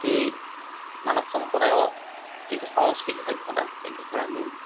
গোটেই মানৱ সম্প্ৰদায়ক এইটো সংস্কৃতি সভ্যতা এইটোৰ বিষয়ে আমি